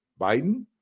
Biden